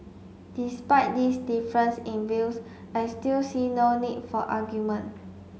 despite this difference in views I still see no need for argument